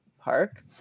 park